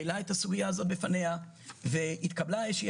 העלה את הסוגיה הזאת בפניה והתקבלה איזושהי